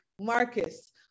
Marcus